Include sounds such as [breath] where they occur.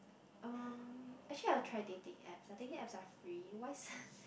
um actually I will try dating app as dating app are free why [breath]